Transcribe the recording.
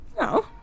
no